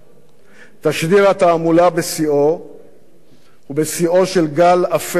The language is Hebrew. תשדיר התעמולה בשיאו של גל אפל ומסוכן,